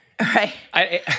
right